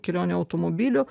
kelione automobiliu